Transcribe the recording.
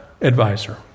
advisor